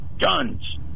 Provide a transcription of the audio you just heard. guns